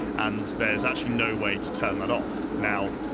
and there's actually no way to turn that off. now,